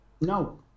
No